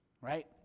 right